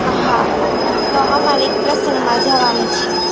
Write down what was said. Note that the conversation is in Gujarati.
હા તો અમારે એક પ્રસંગમાં જવાનું છે